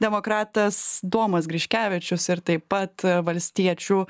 demokratas domas griškevičius ir taip pat valstiečių